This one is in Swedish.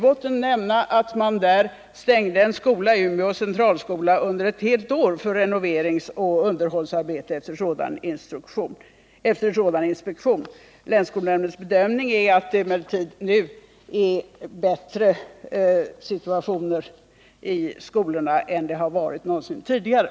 Jag kan nämna att man just i Västerbotten stängde en skola, Umeå centralskola, under ett helt år för renoveringsoch underhållsarbeten efter sådan inspektion. Länsskolnämndens bedömning är emellertid att miljösituationen nu är bättre i skolorna än den har varit någonsin tidigare.